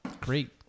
great